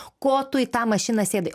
ko tu į tą mašiną sėdai